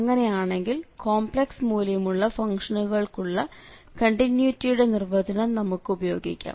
അങ്ങനെയാണെങ്കിൽ കോംപ്ലക്സ് മൂല്യമുള്ള ഫംഗ്ഷനുകൾക്കുള്ള കണ്ടിന്യൂറ്റിയുടെ നിർവചനം നമുക്ക് ഉപയോഗിക്കാം